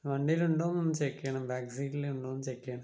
വണ്ടീലുണ്ടോന്നൊന്ന് check ചെയ്യണം back സീറ്റിലുണ്ടോന്നൊന്ന് check ചെയ്യണെ